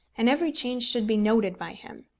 and every change should be noted by him.